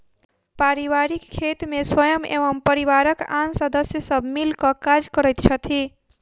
पारिवारिक खेत मे स्वयं एवं परिवारक आन सदस्य सब मिल क काज करैत छथि